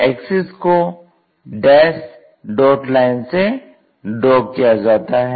axis को dash dot line से draw किया जाता है